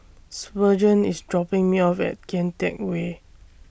Spurgeon IS dropping Me off At Kian Teck Way